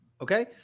Okay